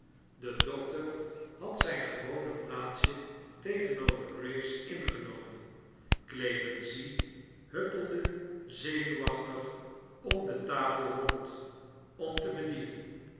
de doctor had zijn gewone plaatsje tegenover grace ingenomen clemency huppelde zemuwachtig om de tafel rond om te bedienen